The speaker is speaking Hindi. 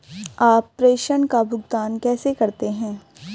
आप प्रेषण का भुगतान कैसे करते हैं?